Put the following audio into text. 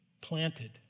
planted